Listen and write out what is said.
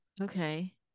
Okay